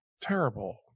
terrible